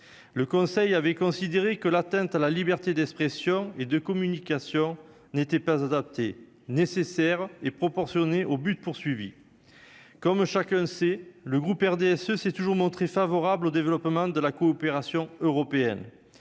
le Conseil avait considéré que l'atteinte à la liberté d'expression et de communication n'était pas adaptées, nécessaires et proportionnées au but poursuivi, comme chacun sait le groupe RDSE s'est toujours montré favorable au développement de la coopération européenne,